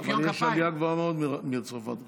יש עלייה גבוהה מאוד מצרפת עכשיו,